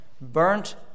burnt